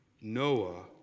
Noah